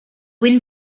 wind